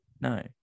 No